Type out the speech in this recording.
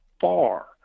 far